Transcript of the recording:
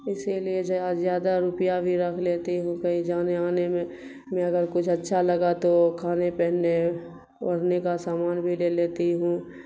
اسی لیے زیادہ روپیہ بھی رکھ لیتی ہوں کہیں جانے آنے میں میں اگر کچھ اچھا لگا تو کھانے پہننے اوڑھنے کا سامان بھی لے لیتی ہوں